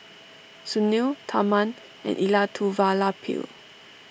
Sunil Tharman and Elattuvalapil